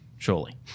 Surely